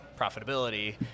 profitability